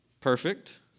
Perfect